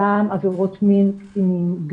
גם עבירות מין קטינים,